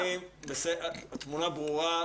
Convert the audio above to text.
התמונה ברורה,